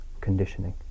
conditioning